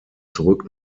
zurück